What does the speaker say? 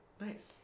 Nice